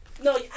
No